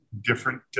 different